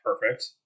Perfect